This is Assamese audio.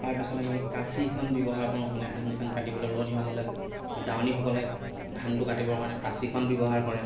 পকাৰ পিছত আমি কাচিখন ব্যৱহাৰ কৰোঁ মানে ধান চান কাটিবলৈ ৰোৱনীসকলে দাৱনীসকলে ধানটো কাটিবৰ কাৰণে কাচিখন ব্যৱহাৰ কৰে